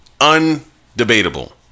Undebatable